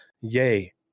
Yay